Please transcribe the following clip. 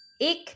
Ik